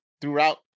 throughout